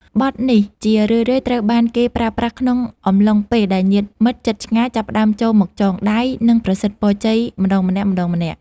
បទនេះជារឿយៗត្រូវបានគេប្រើប្រាស់ក្នុងអំឡុងពេលដែលញាតិមិត្តជិតឆ្ងាយចាប់ផ្តើមចូលមកចងដៃ និងប្រសិទ្ធពរជ័យម្នាក់ម្តងៗ។